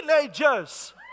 teenagers